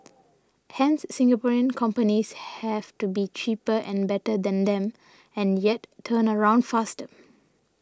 hence Singaporean companies have to be cheaper and better than them and yet turnaround faster